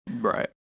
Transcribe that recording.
Right